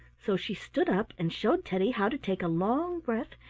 so she stood up and showed teddy how to take a long breath,